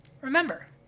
Remember